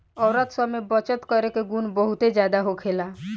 औरत सब में बचत करे के गुण बहुते ज्यादा होखेला